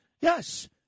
yes